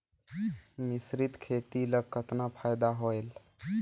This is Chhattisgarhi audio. मिश्रीत खेती ल कतना फायदा होयल?